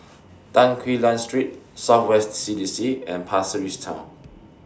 Tan Quee Lan Street South West C D C and Pasir Ris Town